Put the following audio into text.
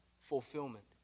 fulfillment